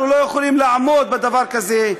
אנחנו לא יכולים לעמוד בדבר כזה.